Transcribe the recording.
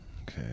okay